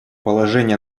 положение